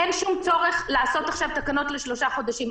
אין שום צורך לעשות עכשיו תקנות לשלושה חודשים.